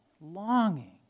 longing